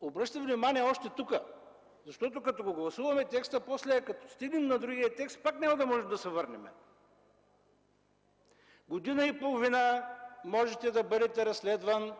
Обръщам внимание още тук, защото като го гласуваме текста, после като стигнем на другия текст, пак няма да можем да се върнем. Една година и половина можете да бъдете разследван,